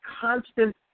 constant